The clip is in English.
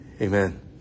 amen